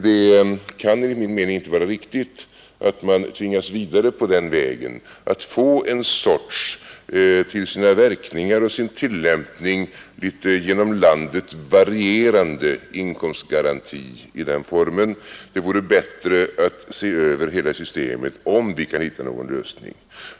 Det kan enligt min mening inte vara riktigt att man tvingas vidare på den vägen att få en sorts till sina verkningar och sin tillämpning inom landet varierande inkomstgaranti i den formen. Det vore bättre att se över hela systemet och undersöka, om vi kan hitta någon lösning.